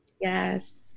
Yes